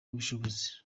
ubushobozi